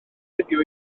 heddiw